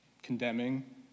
condemning